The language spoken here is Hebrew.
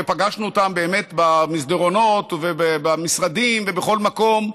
ופגשנו אותם באמת במסדרונות ובמשרדים ובכל מקום,